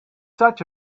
such